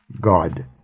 God